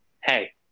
hey